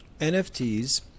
NFTs